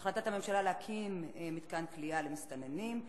החלטת הממשלה להקים מתקן כליאה למסתננים,